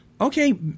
okay